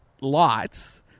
lots